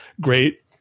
great